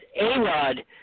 A-Rod